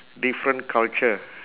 different culture